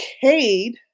Cade